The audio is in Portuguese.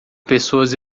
pessoas